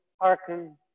hearken